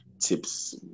tips